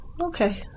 Okay